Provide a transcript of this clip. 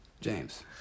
James